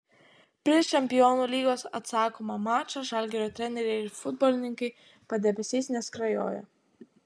prieš čempionų lygos atsakomą mačą žalgirio treneriai ir futbolininkai padebesiais neskrajoja